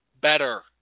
better